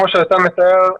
כמו שאתה מתאר,